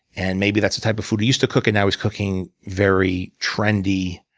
and maybe that's the type of food he used to cook, and now he's cooking very trendy,